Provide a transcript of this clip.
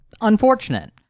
unfortunate